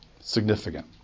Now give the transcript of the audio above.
Significant